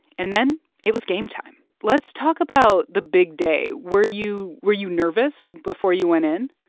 and then it was game time let's talk about the big day. were you were you nervous before you went in?